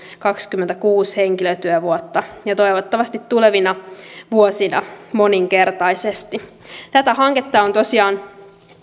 kaksikymmentäkuusi henkilötyövuotta ja toivottavasti tulevina vuosina moninkertaisesti tätä hanketta on tosiaan